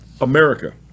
America